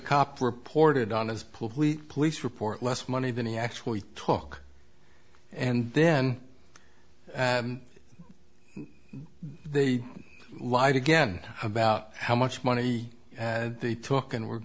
cop reported on his police police report less money than he actually took and then they lied again about how much money they took and were